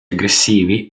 aggressivi